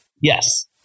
Yes